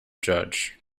judge